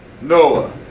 Noah